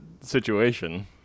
situation